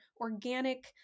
organic